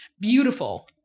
Beautiful